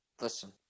Listen